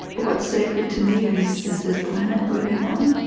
what's sacred to me is is this planet we live on.